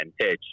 pitch